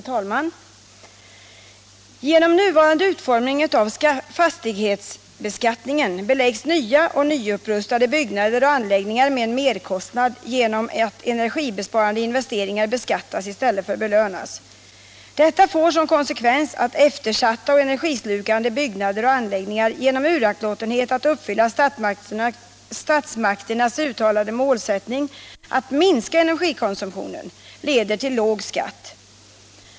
Herr talman! Med nuvarande utformning av fastighetsbeskattningen belastas nya och nyupprustade byggnader och anläggningar av merkostnader genom att energibesparande investeringar beskattas i stället för belönas. Detta får som konsekvens att de, som har eftersattå och energislukande byggnader och anläggningar genom uraktlåtenhet att uppfylla statsmakternas uttalade målsättning att minska energikonsumtionen, får låg skatt.